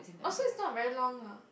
oh so it's not very long leh